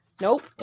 Nope